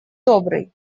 добрый